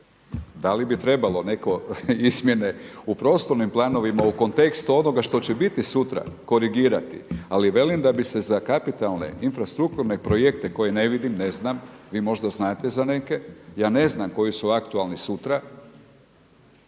da li bi trebalo neke izmjene u prostornim planovima u kontekstu onoga što će biti sutra korigirati, ali velim da bi se za kapitalne infrastrukovne projekte koje ne vidim, ne znam, vi možda znate za neke, ja ne znam koji su aktualni sutra